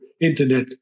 internet